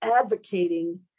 advocating